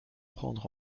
prendre